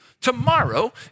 Tomorrow